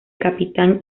capitán